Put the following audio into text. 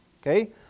Okay